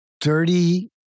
Dirty